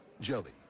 Jelly